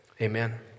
amen